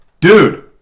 dude